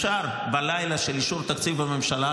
הוא אושר בלילה של אישור התקציב בממשלה,